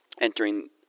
entering